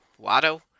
Watto